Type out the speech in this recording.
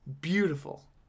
beautiful